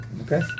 Okay